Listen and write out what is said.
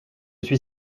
suis